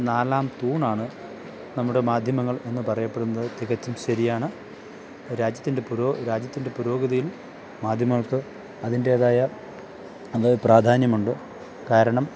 നാലാം തൂണാണ് നമ്മുടെ മാധ്യമങ്ങള് എന്നു പറയപ്പെടുന്നതു തികച്ചും ശരിയാണ് രാജ്യത്തിന്റെ പുരോ രാജ്യത്തിന്റെ പുരോഗതിയിൽ മാധ്യമങ്ങൾക്ക് അതിന്റേതായ അതു പ്രധാന്യമുണ്ട് കാരണം